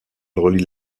relie